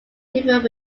different